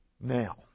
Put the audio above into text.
Now